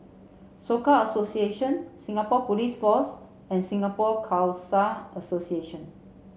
Soka Association Singapore Police Force and Singapore Khalsa Association